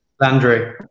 Landry